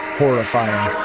horrifying